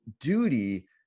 duty